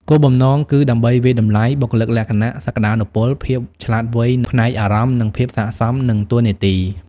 គោលបំណងគឺដើម្បីវាយតម្លៃ បុគ្គលិកលក្ខណៈ សក្តានុពល ភាពឆ្លាតវៃផ្នែកអារម្មណ៍ និងភាពស័ក្តិសមនឹងតួនាទី។